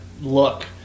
look